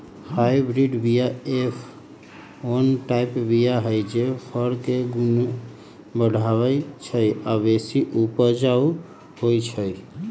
hybrid बीया F one type बीया हई जे फर के गुण बढ़बइ छइ आ बेशी उपजाउ होइ छइ